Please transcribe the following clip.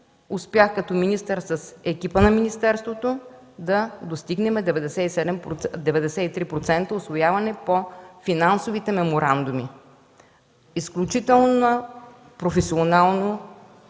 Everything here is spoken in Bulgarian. успях като министър с екипа на министерството да достигнем 93% усвояване по финансовите меморандуми. Изключително професионално